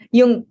yung